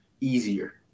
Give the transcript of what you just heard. easier